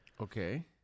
Okay